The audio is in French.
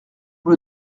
vous